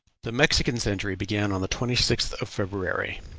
the mexican century began on the twenty sixth of february,